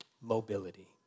mobility